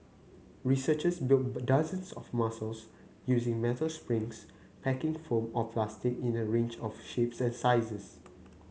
researchers built dozens of muscles using metal springs packing foam or plastic in a range of shapes and sizes